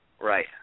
Right